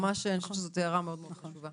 אני חושבת שזו הערה מאוד חשובה.